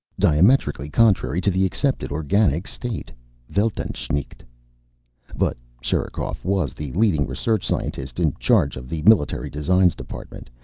diametrically contrary to the accepted organic state weltansicht. but sherikov was the leading research scientist, in charge of the military designs department.